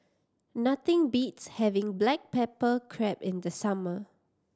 nothing beats having black pepper crab in the summer